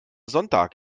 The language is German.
sonntag